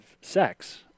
sex